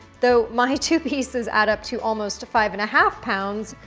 though my two pieces add up to almost five and a half pounds.